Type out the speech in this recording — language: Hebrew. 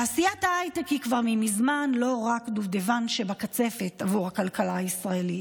תעשיית ההייטק היא כבר מזמן לא רק הדובדבן שבקצפת עבור הכלכלה הישראלית,